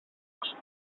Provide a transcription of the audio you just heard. ossos